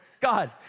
God